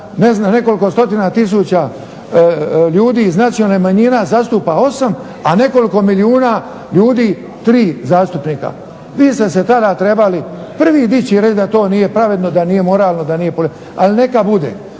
ne znam nekoliko stotina tisuća ljudi iz nacionalnih manjina zastupa 8, a nekoliko milijuna ljudi 3 zastupnika. Vi ste se tada trebali prvi dići i reći da to nije pravedno, da nije moralno, ali neka bude.